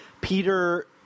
Peter